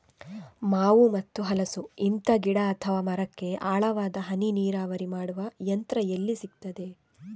ಮಾವು ಮತ್ತು ಹಲಸು, ಇಂತ ಗಿಡ ಅಥವಾ ಮರಕ್ಕೆ ಆಳವಾದ ಹನಿ ನೀರಾವರಿ ಮಾಡುವ ಯಂತ್ರ ಎಲ್ಲಿ ಸಿಕ್ತದೆ?